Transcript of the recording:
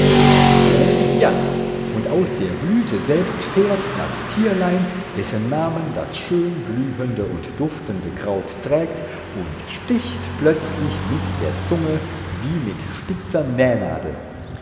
o ja und aus der blüte selbst fährt das tierlein dessen namen das schön blühende und duftende kraut trägt und sticht plötzlich mit der zunge wie mit spitzer nähnadel